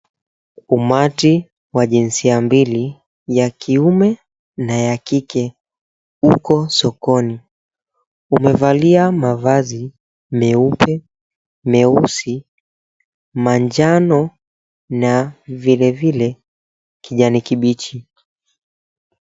Umati wa jinsia mbili ya kiume na ya kike uko sokoni. Umevalia mavazi meupe, meusi, manjano na vilevile kijani kibichi.